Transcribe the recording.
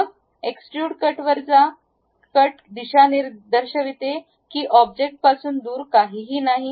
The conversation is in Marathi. मग एक्सट्रूड कट वर जा कट दिशा दर्शविते की ऑब्जेक्टपासून दूर काहीही नाही